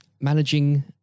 managing